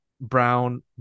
Brown